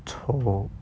丑